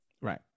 Right